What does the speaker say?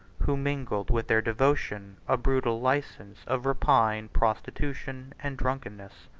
who mingled with their devotion a brutal license of rapine, prostitution, and drunkenness.